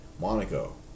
Monaco